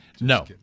no